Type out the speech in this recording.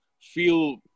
feel